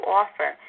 offer